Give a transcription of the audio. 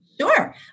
Sure